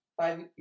five